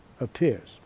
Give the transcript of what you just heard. appears